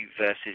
versus